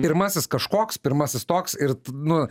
pirmasis kažkoks pirmasis toks ir nu